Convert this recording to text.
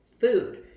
food